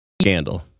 scandal